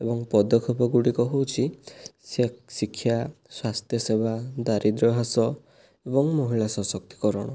ଏବଂ ପଦକ୍ଷେପ ଗୁଡ଼ିକ ହେଉଛି ଶିକ୍ଷ୍ୟା ସ୍ୱାସ୍ଥ୍ୟ ସେବା ଦାରିଦ୍ର ହ୍ରାସ ଏବଂ ମହିଳା ସଶକ୍ତିକରଣ